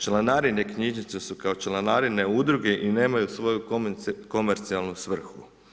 Članarine knjižnice su kao članarine udruge i nemaju svoju komercijalnu svrhu.